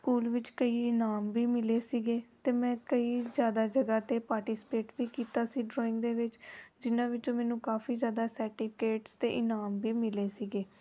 school ਵਿੱਚ ਕਈ ਇਨਾਮ ਵੀ ਮਿਲੇ ਸੀਗੇ ਅਤੇ ਮੈਂ ਕਈ ਜ਼ਿਆਦਾ ਜਗ੍ਹਾ 'ਤੇ ਪਾਰਟੀਸਪੇਟ ਵੀ ਕੀਤਾ ਸੀ ਡਰਾਇੰਗ ਦੇ ਵਿੱਚ ਜਿਹਨਾਂ ਵਿੱਚੋਂ ਮੈਨੂੰ ਕਾਫੀ ਜ਼ਿਆਦਾ ਸਰਟੀਫਿਕੇਟਸ ਅਤੇ ਇਨਾਮ ਵੀ ਮਿਲੇ ਸੀਗੇ